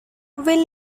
will